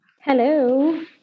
Hello